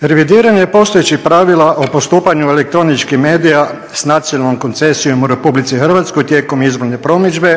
Revidiranje postojećih pravila o postupanju elektroničkih medija s nacionalnom koncesijom u RH tijekom izborne promidžbe